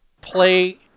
play